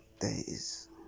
days